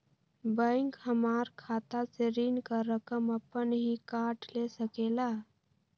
Bank हमार खाता से ऋण का रकम अपन हीं काट ले सकेला?